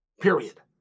Period